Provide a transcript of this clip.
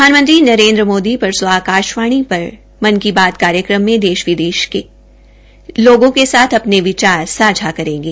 प्रधानमंत्री नरेन्द्र मोदी परसो आकाशवाणी पर मन की बात कार्यक्रम में देश विदेश के लोगों के सथ अपने विचार सांझा करेंगे